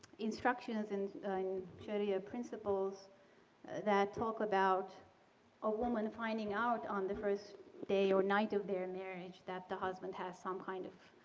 instructions in sharia principles that talk about a woman finding out on the first day or night of their marriage that the husband some kind of